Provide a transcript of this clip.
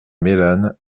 mélanes